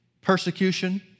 persecution